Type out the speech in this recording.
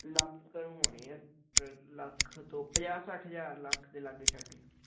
ਲੱਖ ਕੁ ਨੂੰ ਹੋਣੀ ਹੈ ਤ ਲੱਖ ਤੋਂ ਪੰਜਾਹ ਸੱਠ ਹਜ਼ਾਰ ਲੱਖ ਦੇ ਲਾਗੇ ਸ਼ਾਗੇ